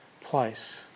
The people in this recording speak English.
place